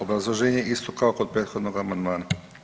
Obrazloženje je isto kao kod prethodnog amandmana.